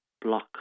block